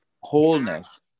wholeness